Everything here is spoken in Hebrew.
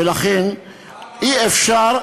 ולכן אי-אפשר,